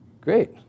great